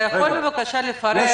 אתה יכול, בבקשה, לפרט?